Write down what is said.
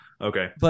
Okay